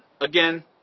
again